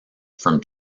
from